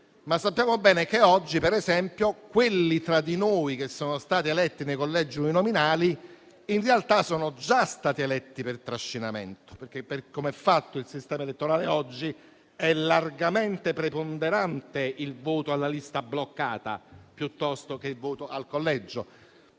sappiamo bene che quelli che tra di noi sono stati eletti nei collegi uninominali in realtà sono già stati eletti per trascinamento; infatti, per come è fatto l'attuale sistema elettorale, è largamente preponderante il voto alla lista bloccata piuttosto che il voto al collegio.